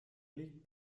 liegt